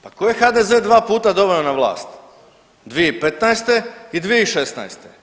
Pa tko je HDZ 2 puta doveo na vlast 2015. i 2016.